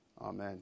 Amen